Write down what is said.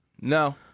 No